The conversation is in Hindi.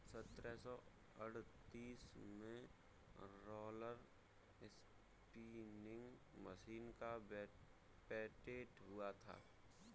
सत्रह सौ अड़तीस में रोलर स्पीनिंग मशीन का पेटेंट हुआ था